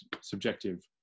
subjective